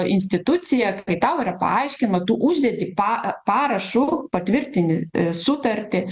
instituciją kai tau yra paaiškima tu uždedi pa e parašu patvirtini sutartį